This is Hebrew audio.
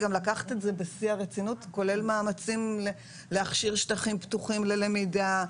גם לקחת את זה בשיא הרצינות כולל מאמצים להכשיר שטחים פתוחים ללמידה,